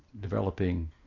developing